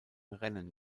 rennen